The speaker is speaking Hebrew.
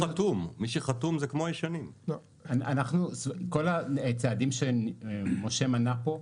כל הצעדים שמשה מנה פה,